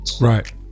Right